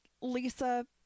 Lisa